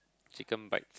chicken bite